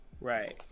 Right